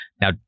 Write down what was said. Now